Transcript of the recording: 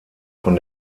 von